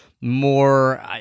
more